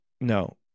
no